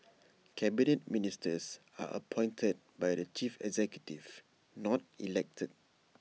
Cabinet Ministers are appointed by the chief executive not elected